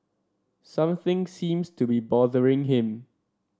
something seems to be bothering him